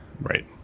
Right